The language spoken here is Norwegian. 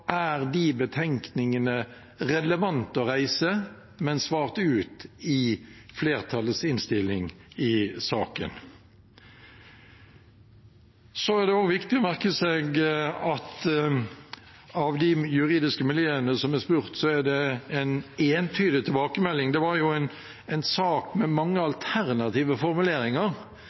reise, men svart ut i flertallets innstilling i saken. Så er det også viktig å merke seg at fra de juridiske miljøene som er spurt, er det én entydig tilbakemelding. Det var jo en sak med mange alternative formuleringer